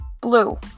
blue